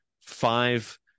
five